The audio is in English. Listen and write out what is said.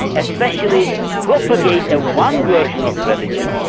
especially propagate a one version of religion,